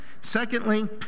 Secondly